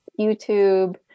YouTube